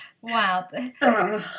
Wow